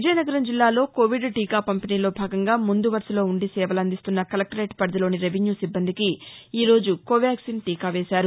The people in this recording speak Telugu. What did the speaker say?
విజయనగరం జిల్లాలో కోవిడ్ టీకా పంపిణీలో భాగంగా ముందు వరుసలో ఉండి సేవలందిస్తున్న కలెక్లరేట్ పరిధిలోని రెవిస్యూ సిబ్బందికి ఈరోజు కో వాక్సిన్ టీకా వేసారు